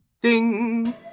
Ding